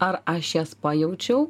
ar aš jas pajaučiau